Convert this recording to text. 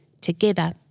together